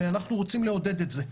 ואנחנו רוצים לעודד את זה.